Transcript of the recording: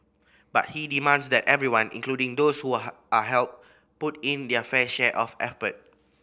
but he demands that everyone including those who are helped put in their fair share of effort